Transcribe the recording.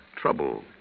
Trouble